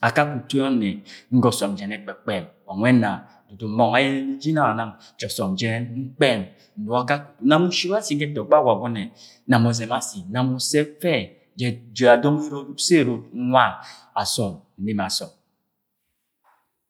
akakẹ utu ọnne ngọ ọsọm jẹn ẹkpẹkpẹm wa nwẹ ẹna dudu mọng ayẹnẹ ni jẹ inanang ja dudu mọng ayẹnẹ ni jẹ inanang ja ọsọm jẹn, nkpẹm nnugo akakẹ utu. nam uship ashi ga etọgbọ Agwagune, nam ọzzẹm ashi, nam ọssẹ nfe, jẹ dọng erod, uso erod nwa, asọm, nrimi asọm